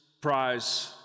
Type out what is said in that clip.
Prize